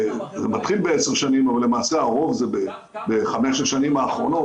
זה מתחיל ב-10 שנים אבל הרוב למעשה זה ב-5 השנים האחרונות.